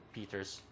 Peter's